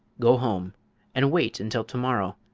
go home and wait until to-morrow.